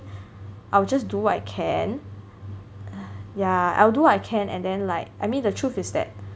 I will just do what I can ya I will do what I can and then like I mean the truth is that